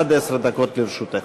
עד עשר דקות לרשותך.